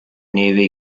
nearby